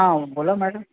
हां बोला मॅडम